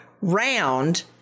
round